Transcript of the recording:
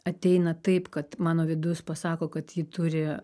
ateina taip kad mano vidus pasako kad ji turi